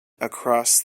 across